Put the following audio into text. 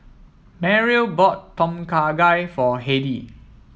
Merrill bought Tom Kha Gai for Heidy